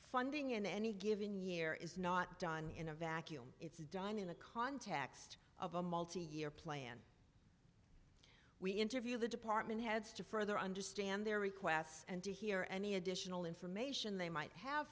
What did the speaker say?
funding in any given year is not done in a vacuum it's done in the context of a multi year plan we interview the department heads to further understand their requests and to hear any additional information they might have